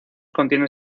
contienen